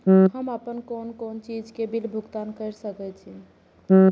हम आपन कोन कोन चीज के बिल भुगतान कर सके छी?